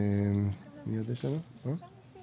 מה זה אומר